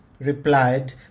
replied